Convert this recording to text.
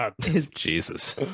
Jesus